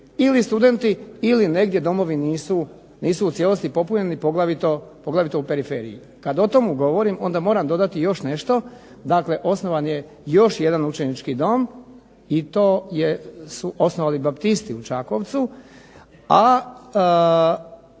ili studenti ili negdje domovi nisu u cijelosti popunjeni, poglavito u periferiji. Kad o tomu govorim onda moram dodati još nešto. Dakle, osnovan je još jedan učenički dom i to su osnovali baptisti u Čakovcu,